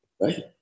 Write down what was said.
right